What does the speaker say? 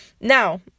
Now